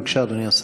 בבקשה, אדוני השר.